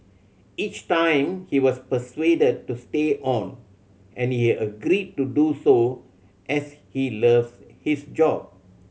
each time he was persuaded to stay on and he agreed to do so as he loves his job